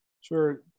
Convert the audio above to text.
Sure